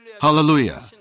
Hallelujah